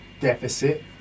deficit